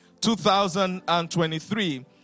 2023